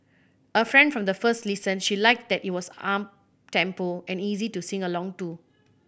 a fan from the first listen she liked that it was uptempo and easy to sing along to